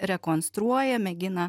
rekonstruoja mėgina